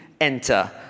enter